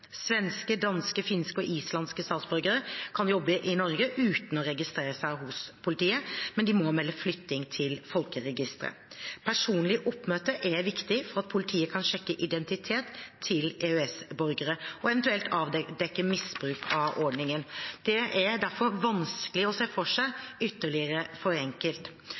Svenske, danske, finske og islandske statsborgere kan jobbe i Norge uten å registrere seg hos politiet, men de må melde flytting til folkeregisteret. Personlig oppmøte er viktig for at politiet kan sjekke identiteten til EØS-borgere og eventuelt avdekke misbruk av ordningen. Det er derfor vanskelig å se for seg ordningen ytterligere